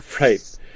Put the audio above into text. Right